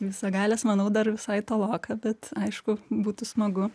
visagalės manau dar visai toloka bet aišku būtų smagu